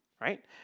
right